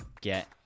get